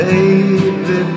Baby